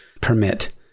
permit